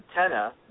antenna